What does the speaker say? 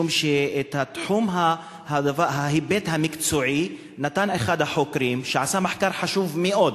משום שאת ההיבט המקצועי נתן אחד החוקרים שעשה מחקר חשוב מאוד,